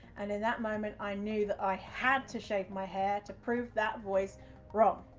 and in that moment i knew that i had to shave my hair to prove that voice wrong.